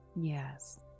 Yes